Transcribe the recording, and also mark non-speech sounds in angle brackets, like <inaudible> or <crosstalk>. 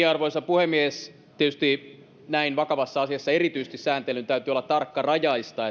<unintelligible> arvoisa puhemies tietysti erityisesti näin vakavassa asiassa sääntelyn täytyy olla tarkkarajaista <unintelligible>